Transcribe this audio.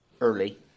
early